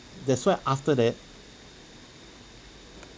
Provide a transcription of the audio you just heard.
that's why after that